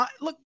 look